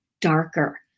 darker